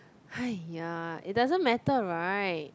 !aiya! it doesn't matter right